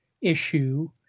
issue